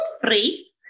three